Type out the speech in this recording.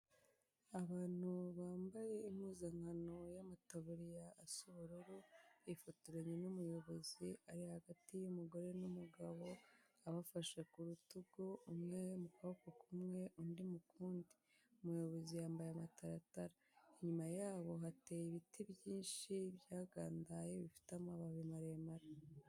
Abantu bambaye impuzankano y'amataburiya asa ubururu, bifotoranye n'umuyobozi ari hagati y'umugore n'umugabo abafashe ku rutugu, umwe mu kuboko kumwe undi mu kundi. Umuyobozi yambaye amataratara. Inyuma yabo hateye ibiti byinshi byagandaye, bifite amababi maremare.